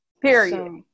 period